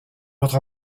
votre